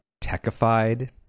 techified